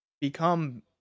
Become